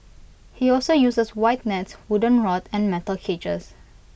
he also uses wide nets wooden rod and metal cages